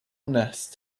nest